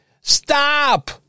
stop